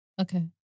Okay